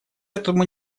этому